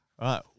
right